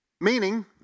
meaning